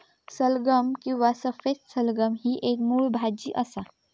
सलगम किंवा सफेद सलगम ही एक मुळ भाजी असा